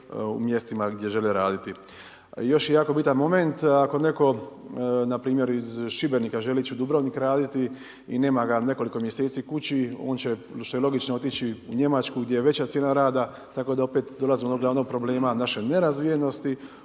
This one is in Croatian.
i mjestima gdje žele raditi. Još je jako bitan moment ako neko npr. iz Šibenika želi ići u Dubrovnik raditi i nema ga nekoliko mjeseci kući, on će što je logično otići u Njemačku gdje je veća cijena rada, tako da opet dolazimo do onog glavnog problema naše nerazvijenosti